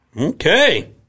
Okay